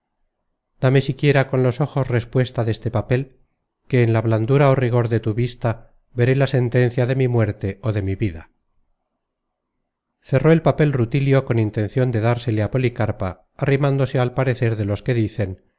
altas dame siquiera con los ojos respuesta deste papel que ven la blandura ó rigor de tu vista veré la sentencia de mi muerte ó de mi vida cerró el papel rutilio con intencion de dársele á policarpa arrimándose al parecer de los que dicen